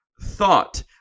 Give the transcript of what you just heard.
thought